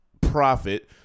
profit